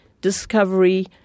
discovery